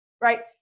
right